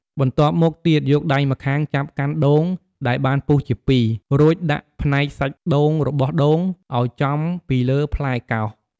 បន្ទាប់មកទៀតយកដៃម្ខាងចាប់កាន់ដូងដែលបានពុះជាពីរ រួចដាក់ផ្នែកសាច់ដូងរបស់ដូងឱ្យចំពីលើផ្លែកោស។